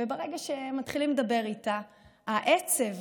וברגע שמתחילים לדבר איתה, העצב